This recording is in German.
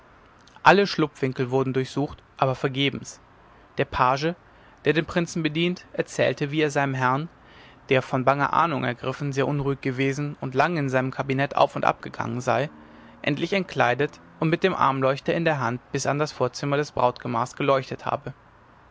alle schlupfwinkel wurden durchsucht aber vergebens der page der den prinzen bedient erzählte wie er seinen herrn der von banger ahnung ergriffen sehr unruhig gewesen und lange in seinem kabinett auf und ab gegangen sei endlich entkleidet und mit dem armleuchter in der hand bis an das vorzimmer des brautgemachs geleuchtet habe